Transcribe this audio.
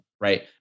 right